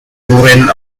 doreen